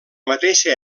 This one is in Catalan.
mateixa